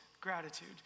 gratitude